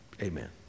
amen